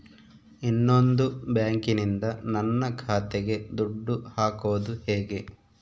ಇನ್ನೊಂದು ಬ್ಯಾಂಕಿನಿಂದ ನನ್ನ ಖಾತೆಗೆ ದುಡ್ಡು ಹಾಕೋದು ಹೇಗೆ?